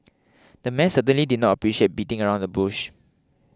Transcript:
the man certainly did not appreciate beating around the bush